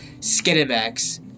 skinemax